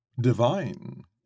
divine